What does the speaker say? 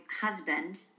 husband